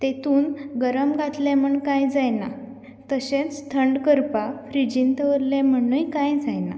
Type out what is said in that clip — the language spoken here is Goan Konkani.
तेतून गरम घातले म्हूण कांय जायना तशेंच थंड करपा फ्रिजीन दवरलें म्हणय कांय जायना